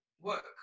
work